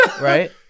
right